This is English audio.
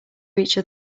each